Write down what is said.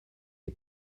est